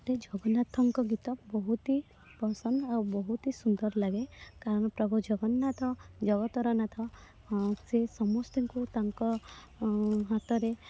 ଜଗନ୍ନାଥଙ୍କ ଗୀତ ବହୁତ ହିଁ ପସନ୍ଦ ଆଉ ବହୁତ ହିଁ ସୁନ୍ଦର ଲାଗେ କାରଣ ପ୍ରଭୁ ଜଗନ୍ନାଥ ଶ୍ରୀ ଜଗତର ନାଥ ସେ ସମସ୍ତଙ୍କୁ ତାଙ୍କ ହାତରେ